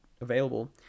available